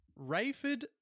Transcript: Rayford